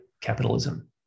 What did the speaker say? capitalism